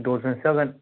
दस जनसो जागोन